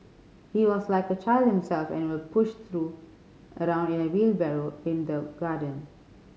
he was like a child himself and would push through around in a wheelbarrow in the garden